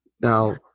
Now